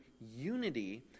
unity